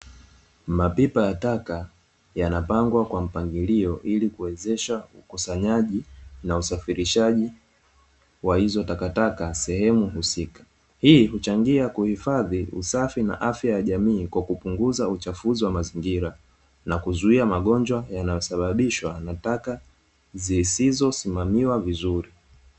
Mapipa ya taka yanapangwa kwa mapangilio ili kuwezesha ukusanyaji na usafirishaji wa hizo takataka sehemu husika. Hii huchangia kuhifadhi usafi na afya ya jamii kwa kupunguza uchafuzi wa mazingira, na kuzuia magonjwa yanayosababishwa na taka zisizosimamiwa vizuri.